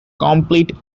complete